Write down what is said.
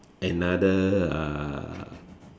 another uh